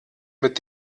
mit